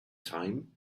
time